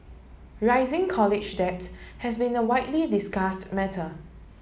rising college debt has been a widely discussed matter